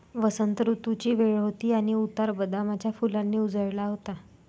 वसंत ऋतूची वेळ होती आणि उतार बदामाच्या फुलांनी उजळला होता